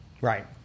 right